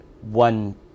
one